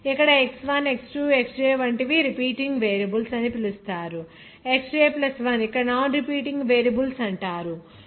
ఇక్కడ X1 X2 Xj వాటిని repeating variables అని పిలుస్తారు మరియు Xj 1 ను నాన్ రిపీటింగ్ వేరియబుల్స్ అంటారు